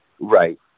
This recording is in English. Right